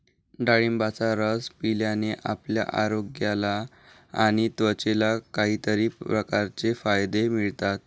डाळिंबाचा रस पिल्याने आपल्या आरोग्याला आणि त्वचेला कितीतरी प्रकारचे फायदे मिळतात